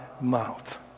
mouth